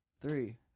three